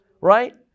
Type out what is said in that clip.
Right